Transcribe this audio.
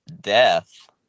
death